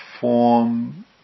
form